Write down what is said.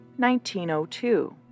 1902